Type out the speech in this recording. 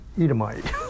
Edomite